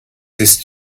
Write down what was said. ist